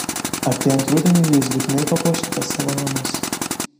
artėjant rudeniui jais būtinai papuoškite savo namus